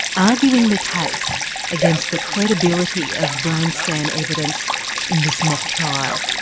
arguing the case against the credibility of brain-scan evidence in this mock trial.